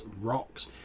rocks